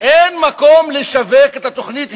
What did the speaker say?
אין מקום לשווק את התוכנית,